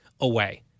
away